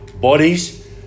bodies